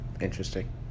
Interesting